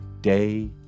day